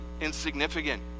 insignificant